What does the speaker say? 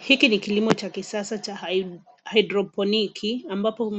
Hiki ni kilimo cha kisasa cha haidroponiki ambapo